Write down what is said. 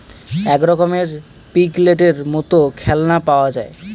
এক রকমের পিগলেটের মত খেলনা পাওয়া যায়